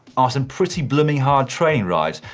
are some pretty blooming hard training rides.